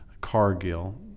Cargill